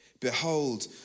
Behold